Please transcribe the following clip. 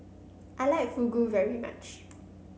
I like Fugu very much